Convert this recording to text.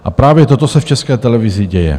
A právě toto se v České televizi děje.